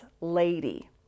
lady